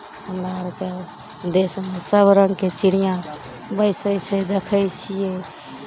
हमरा आरके देशमे सभ रङ्गके चिड़ियाँ बैसै छै देखै छियै